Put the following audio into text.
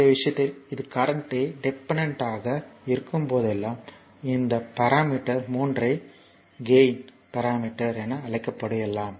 இந்த விஷயத்தில் இது கரண்ட்யை டிபெண்டன்ட் ஆக இருக்கும்போதெல்லாம் இந்த பாராமீட்டர் 3 ஐ கேயின் பாராமீட்டர் என அழைக்கலாம்